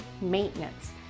maintenance